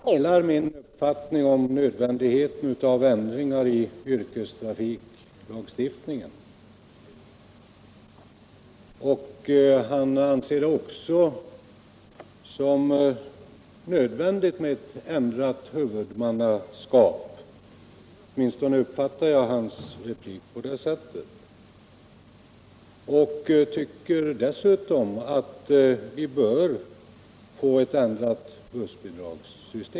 Herr talman! I en replik till mitt inlägg säger sig kommunikationsministern sträva efter en rationellt väl fungerande kollektivtrafik. Men han delar min uppfattning om nödvändigheten av ändringar i yrkestrafiklagstiftningen. Han anser det också nödvändigt med ett ändrat huvudmannaskap. Åtminstone uppfattade jag hans replik på det sättet. Han tycker dessutom att vi bör få ett ändrat bussbidragssystem.